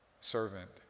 servant